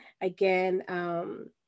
Again